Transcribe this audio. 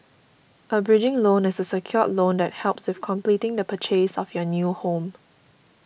a bridging loan is a secured loan that helps with completing the purchase of your new home